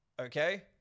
okay